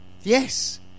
Yes